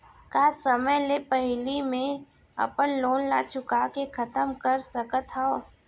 का समय ले पहिली में अपन लोन ला चुका के खतम कर सकत हव?